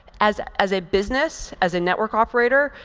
as as a business, as a network operator,